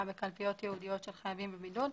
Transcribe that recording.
בקלפיות ייעודיות של חייבים בבידוד‏,